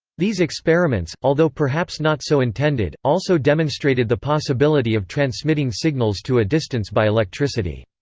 these experiments, although perhaps not so intended, also demonstrated the possibility of transmitting signals to a distance by electricity.